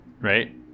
Right